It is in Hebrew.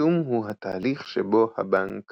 חיתום הוא התהליך שבו הבנק